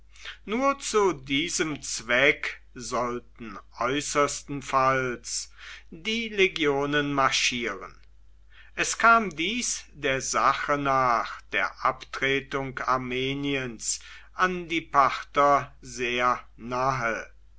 nur zu diesem zweck sollten äußersten falls die legionen marschieren es kam dies der sache nach der abtretung armeniens an die parther sehr nahe